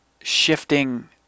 shifting